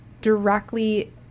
directly –